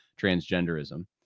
transgenderism